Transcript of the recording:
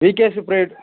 వికేసి pride